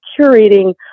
curating